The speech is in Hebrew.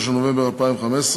23 בנובמבר 2015,